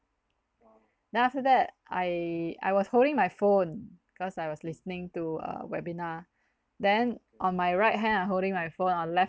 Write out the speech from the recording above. then after that I I was holding my phone because I was listening to a webinar then on my right hand I holding my phone on left